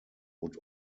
would